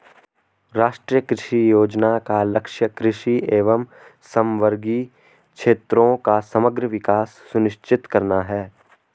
राष्ट्रीय कृषि योजना का लक्ष्य कृषि एवं समवर्गी क्षेत्रों का समग्र विकास सुनिश्चित करना है